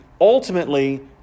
ultimately